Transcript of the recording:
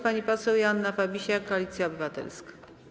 Pani poseł Joanna Fabisiak, Koalicja Obywatelska.